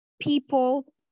people